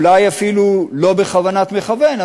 אולי אפילו לא בכוונת מכוון,